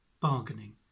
bargaining